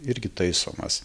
irgi taisomas